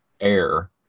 air